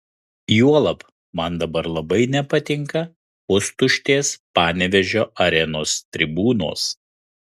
juolab man dabar labai nepatinka pustuštės panevėžio arenos tribūnos